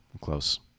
close